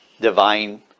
divine